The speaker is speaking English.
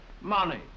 Money